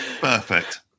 perfect